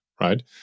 right